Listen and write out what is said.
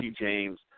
James